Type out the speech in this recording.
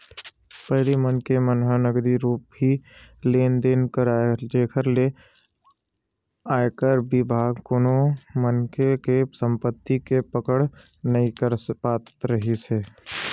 पहिली मनखे मन ह नगदी रुप ही लेन देन करय जेखर ले आयकर बिभाग कोनो मनखे के संपति के पकड़ नइ कर पात रिहिस हवय